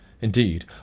Indeed